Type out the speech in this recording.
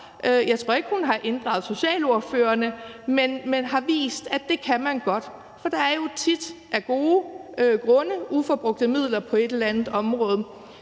Jeg tror ikke, hun har inddraget socialordførerne, men hun har vist, at det kan man godt. Der er jo af gode grunde tit uforbrugte midler på et eller andet område,